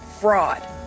fraud